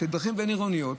זה דרכים בין-עירוניות.